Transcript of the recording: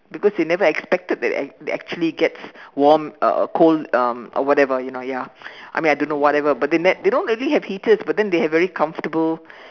because they never expected that they they actually gets warm uh uh cold um whatever you know ya I mean I don't know whatever but they ne~ they don't really have heaters but then they have very comfortable